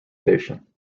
station